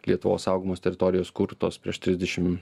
lietuvos saugomos teritorijos kurtos prieš trisdešim